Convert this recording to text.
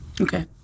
Okay